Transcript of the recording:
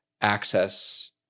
access